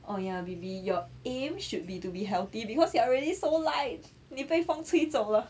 oh ya B_B your aim should be to be healthy because you are already so light 你被风吹走了